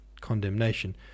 condemnation